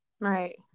Right